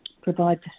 provide